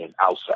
outside